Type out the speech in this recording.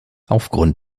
aufgrund